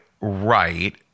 right